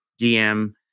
DM